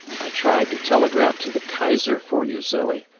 i tried to telegraph to the kaiser for you, zoe,